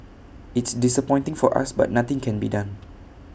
it's disappointing for us but nothing can be done